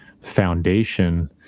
foundation